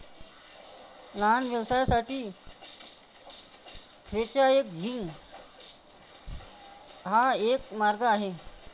लहान व्यवसायांसाठी फ्रेंचायझिंग हा एक मार्ग आहे